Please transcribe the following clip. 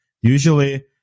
Usually